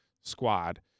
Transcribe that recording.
squad